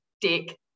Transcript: dick